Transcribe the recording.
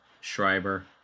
Schreiber